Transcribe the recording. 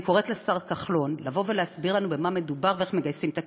אני קוראת לשר כחלון לבוא ולהסביר לנו במה מדובר ואיך מגייסים את הכסף.